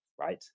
right